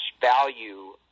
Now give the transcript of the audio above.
value